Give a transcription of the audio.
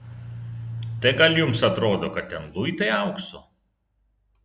tai gal jums atrodo kad ten luitai aukso